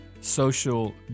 social